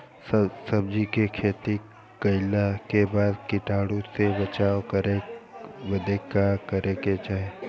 सब्जी के खेती कइला के बाद कीटाणु से बचाव करे बदे का करे के चाही?